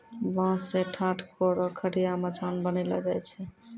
बांस सें ठाट, कोरो, खटिया, मचान बनैलो जाय छै